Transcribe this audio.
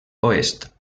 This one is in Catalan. oest